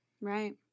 Right